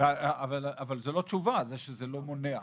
אבל זאת לא תשובה, שזה לא מונע.